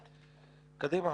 קדימה.